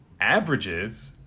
averages